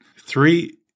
Three